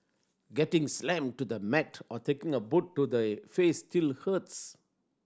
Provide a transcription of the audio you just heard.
getting slammed to the mat or taking a boot to the face still hurts